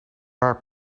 waar